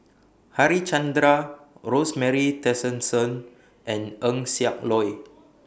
Harichandra Rosemary Tessensohn and Eng Siak Loy